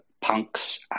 punks